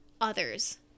others